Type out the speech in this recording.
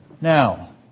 Now